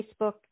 Facebook